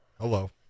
hello